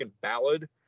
ballad